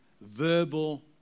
verbal